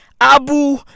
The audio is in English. Abu